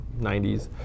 90s